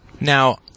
Now